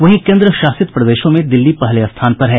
वहीं केंद्र शासित प्रदेशों में दिल्ली पहले स्थान पर है